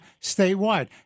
statewide